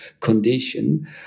condition